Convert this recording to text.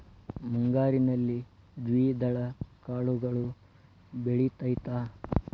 ಮುಂಗಾರಿನಲ್ಲಿ ದ್ವಿದಳ ಕಾಳುಗಳು ಬೆಳೆತೈತಾ?